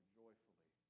joyfully